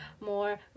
more